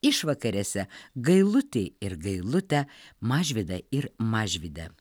išvakarėse gailutį ir gailutę mažvydą ir mažvydę